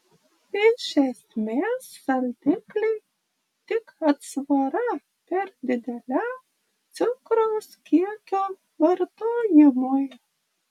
iš esmės saldikliai tik atsvara per dideliam cukraus kiekio vartojimui